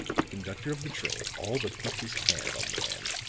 the conductor of the train all but put his hand on the man.